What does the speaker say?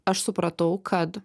aš supratau kad